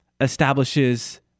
establishes